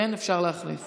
גברתי היושבת-ראש,